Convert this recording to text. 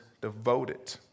devoted